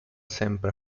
sempre